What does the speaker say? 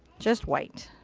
just white.